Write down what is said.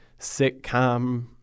sitcom